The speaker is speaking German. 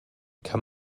kann